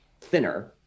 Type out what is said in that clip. thinner